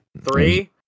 three